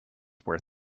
where